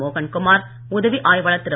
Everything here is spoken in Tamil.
மோகன் குமார் உதவி ஆய்வாளர் திரு